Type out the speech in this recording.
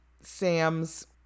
sam's